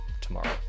tomorrow